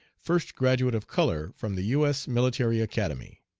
first graduate of color from the u s. military academy